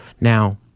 Now